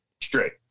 Straight